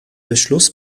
beschluss